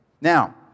Now